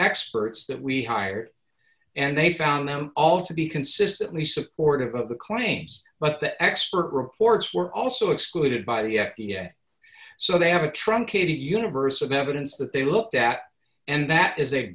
experts that we hired and they found them all to be consistently supportive of the claims but the expert reports were also excluded by yet the so they have a truncated universe of evidence that they looked at and that is a